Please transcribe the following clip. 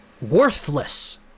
worthless